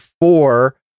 four